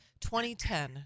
2010